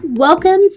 Welcome